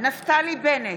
נפתלי בנט,